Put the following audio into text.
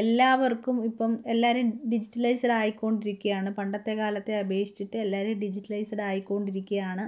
എല്ലാവർക്കും ഇപ്പോള് എല്ലാവരും ഡിജിറ്റലൈസ്ഡ് ആയിക്കൊണ്ടിരിക്കുകയാണ് പണ്ടത്തെ കാലത്തെ അപേക്ഷിച്ചിട്ട് എല്ലാവരും ഡിജിറ്റലൈസ്ഡ് ആായിക്കൊണ്ടിരിക്കുകയാണ്